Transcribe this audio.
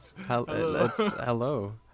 Hello